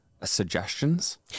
suggestions